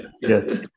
yes